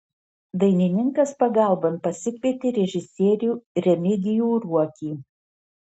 dainininkas pagalbon pasikvietė režisierių remigijų ruokį